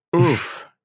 Oof